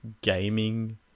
gaming